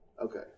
Okay